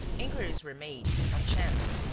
inquiries were made, on chance,